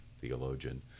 theologian